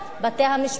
בתי-המשפט והתקשורת.